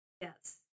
yes